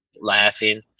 laughing